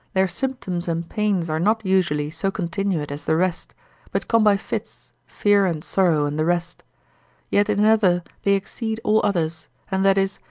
their symptoms and pains are not usually so continuate as the rest but come by fits, fear and sorrow, and the rest yet in another they exceed all others and that is,